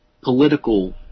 political